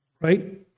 right